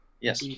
Yes